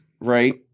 right